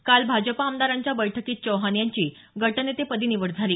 काल भाजप आमदारांच्या बैठकीत चौहान यांची गटनेतेपदी निवड झाली